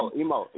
Emo